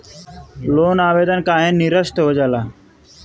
Loan आवेदन काहे नीरस्त हो जाला?